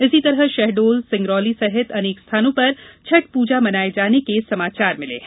इसी तरह शहडोल सिंगरौली सहित अनेक स्थानों पर छठ पूजा मनाये जाने के समाचार मिले है